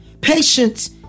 Patience